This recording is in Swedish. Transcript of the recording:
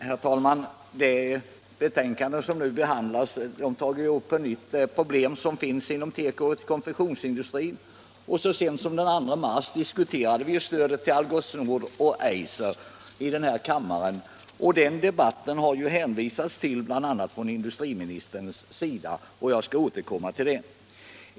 Herr talman! Det betänkande som nu behandlas tar upp ett nytt problem som finns inom tekoindustrin. Så sent som den 2 mars diskuterade vi stödet till Algots och Eiser i den här kammaren. Till den debatten har det hänvisats bl.a. från industriministerns sida, och jag skall återkomma till det.